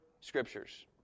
scriptures